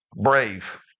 brave